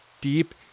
deep